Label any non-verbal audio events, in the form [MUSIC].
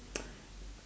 [NOISE]